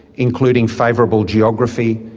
including favourable geography,